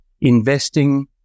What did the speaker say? investing